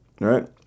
right